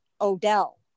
Odell